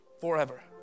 forever